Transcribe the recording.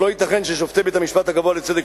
לא ייתכן ששופטי בית-המשפט הגבוה לצדק